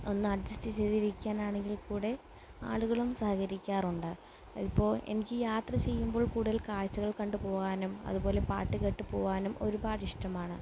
ഒന്ന് അഡ്ജസ്റ്റ് ചെയ്തിരിക്കാനാണെങ്കിൽക്കൂടി ആളുകളും സഹകരിക്കാറുണ്ട് അതിപ്പോൾ എനിക്ക് യാത്ര ചെയ്യുമ്പോൾ കൂടുതൽ കാഴ്ചകൾ കണ്ടുപോകുവാനും അതുപോലെ പാട്ടുകേട്ട് പോകുവാനും ഒരുപാട് ഇഷ്ടമാണ്